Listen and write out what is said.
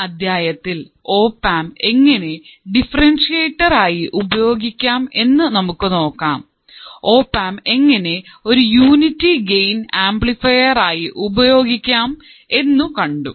ഈ അദ്ധ്യായത്തിൽ ഓപ്ആംപ് എങ്ങനെ ഡിഫറെൻഷ്യറ്റർ ആയി ഉപയോഗിക്കാം എന്ന് നമുക്ക് നോക്കാം ഓപ്ആംപ് എങ്ങനെ ഒരു യൂണിറ്റി ഗെയ്ൻ ആംപ്ലിഫയർ ആയി ഉപയോഗിക്കാം എന്നു കണ്ടു